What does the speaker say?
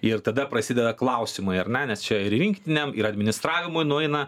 ir tada prasideda klausimai ar ne nes čia ir rinktinė ir administravimui nueina